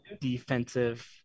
defensive